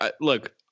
look—